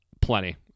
Plenty